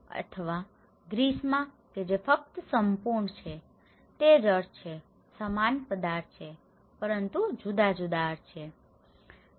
અથવા ગ્રીસમાં કે જે ફક્ત સંપૂર્ણ છે તે જ અર્થ છે સમાન પદાર્થ છે પરંતુ જુદા જુદા અર્થ છે